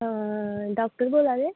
आं डॉक्टर बोल्ला दे